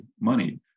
money